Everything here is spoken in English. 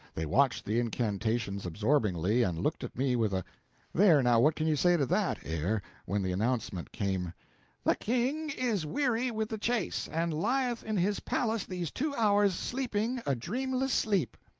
they watched the incantations absorbingly, and looked at me with a there, now, what can you say to that? air, when the announcement came the king is weary with the chase, and lieth in his palace these two hours sleeping a dreamless sleep.